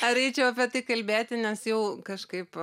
ar eičiau apie tai kalbėti nes jau kažkaip